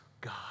God